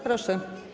Proszę.